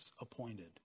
appointed